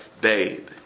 babe